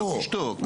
בוא תשתוק.